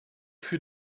für